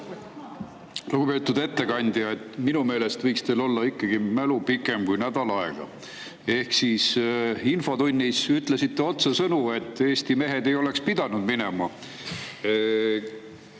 Lugupeetud ettekandja! Minu meelest võiks teie mälu olla ikkagi pikem kui nädal aega. Infotunnis te ütlesite otsesõnu, et Eesti mehed ei oleks pidanud minema